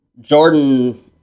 Jordan